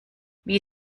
wie